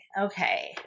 okay